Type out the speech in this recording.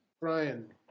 Brian